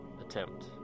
attempt